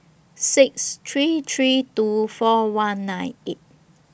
six three three two four one nine eight